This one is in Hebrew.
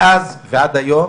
מאז ועד היום